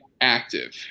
active